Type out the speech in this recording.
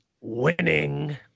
winning